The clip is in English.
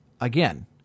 again